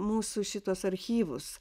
mūsų šituos archyvus